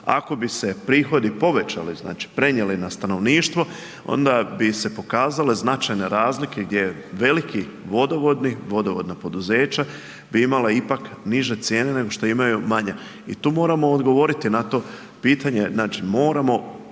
Ako bi se prihodi povećali, znači prenijeli na stanovništvo onda bi se pokazale značajne razlike gdje veliki vodovodni, vodovodna poduzeća bi imala ipak niže cijene nego što imaju manja. I tu moramo odgovoriti na to pitanje, znači moramo